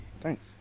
Thanks